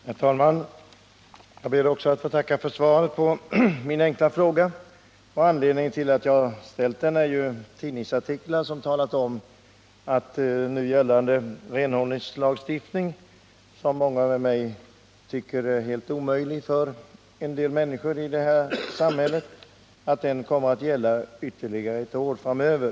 Herr talman! Jag ber också att få tacka för svaret på min fråga. Anledningen till att jag har ställt den är tidningsartiklar som talat om att nu gällande renhållningslagstiftning, som många med mig tycker är helt omöjlig för en del människor i glesbygdsområden, kommer att gälla ytterligare ett år framöver.